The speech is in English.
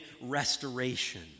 restoration